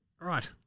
Right